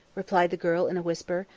replied the girl in a whisper,